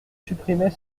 supprimer